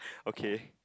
okay